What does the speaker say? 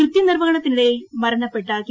കൃത്യനിർവഹണത്തിനിടയിൽ മരണപ്പെട്ട കെ